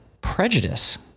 Prejudice